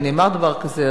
אם נאמר דבר כזה,